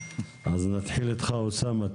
אז נתחיל איתך אוסאמה.